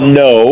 no